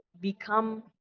become